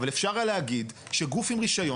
אבל אפשר היה להגיד שגוף עם רישיון